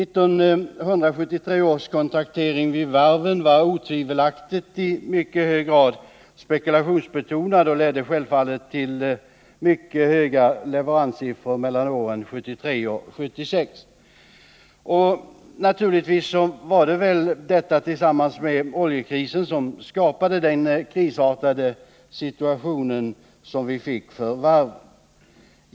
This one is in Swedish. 1973 års kontraktering vid varven var otvivelaktigt i mycket hög grad spekulationsbetonad och ledde självfallet till mycket höga leveranssiffror under åren 1973-1976. Naturligtvis var det detta som tillsammans med oljekrisen skapade den krisartade situationen för varven.